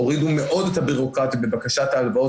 הורידו מאוד את הביורוקרטיה בבקשת ההלוואות,